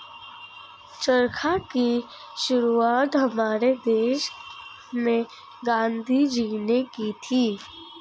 चरखा की शुरुआत हमारे देश में गांधी जी ने की थी